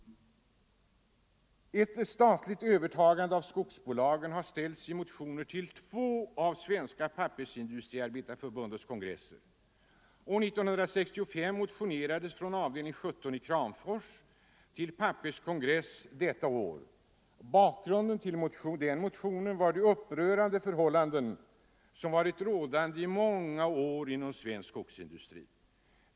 Ett statligt övertagande av skogsbolagen har krävts i motioner till två av Svenska pappersindustriarbetareförbundets kongresser. År 1965 motionerades från avdelning 17 i Kramfors till Pappers kongress. Bakgrunden till den motionen var de upprörande förhållanden som varit rådande i många år inom svensk skogsindustri.